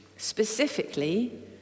Specifically